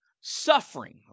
suffering